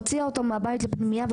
הוציאה אותו מהבית לפנימייה,